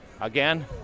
again